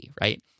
Right